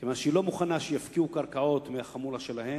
כיוון שהיא לא מוכנה שיפקיעו קרקעות מהחמולה שלה,